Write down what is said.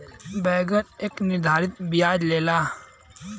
बैंकन एक निर्धारित बियाज लेला